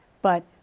but,